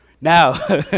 Now